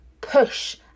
push